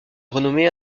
renommée